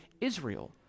Israel